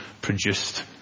produced